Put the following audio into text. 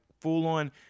full-on